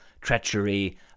treachery